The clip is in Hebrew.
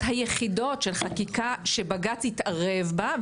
היחידות של חקיקה שבג"צ התערב בה,